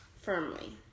firmly